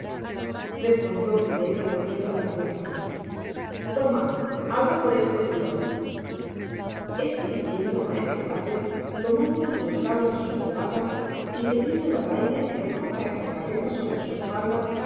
respondió oliverio volviendo la cabeza toma algo por este estilo esto diciendo maese bates tomó uno de los cabos de su corbata y teniéndolo al aire dejo caer la cabeza sobre su espalda